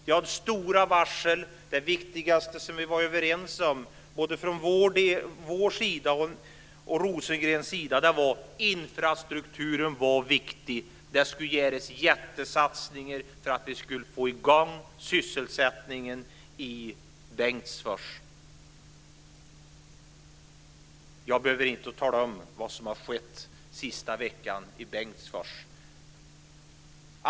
Det har varit stora varsel. Det som vi var överens om både från vår sida och från Rosengrens sida var att infrastrukturen var viktig. Det skulle göras jättesatsningar för att vi skulle få igång sysselsättningen i Bengtsfors. Jag behöver inte tala om vad som har skett den senaste veckan i Bengtsfors.